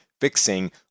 fixing